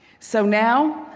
so now,